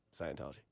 Scientology